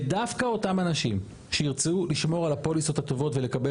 ודווקא אותם אנשים שירצו לשמור על הפוליסות הטובות ולקבל